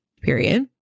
Period